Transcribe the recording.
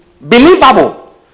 believable